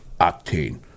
Octane